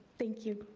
thank you.